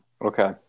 Okay